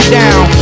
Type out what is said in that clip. down